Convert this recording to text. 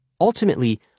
Ultimately